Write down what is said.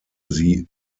sie